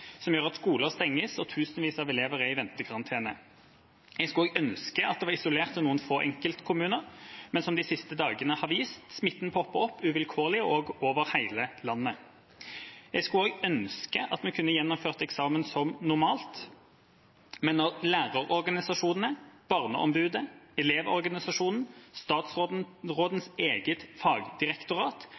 som gjør at skoler stenges, og tusenvis av elever er i ventekarantene. Jeg skulle også ønske at det var isolert til noen få enkeltkommuner, men som de siste dagene har vist: Smitten popper opp uvilkårlig og over hele landet. Jeg skulle også ønske at vi kunne gjennomført eksamen som normalt, men når lærerorganisasjonene, Barneombudet, Elevorganisasjonen og statsrådens eget fagdirektorat